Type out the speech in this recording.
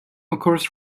occurs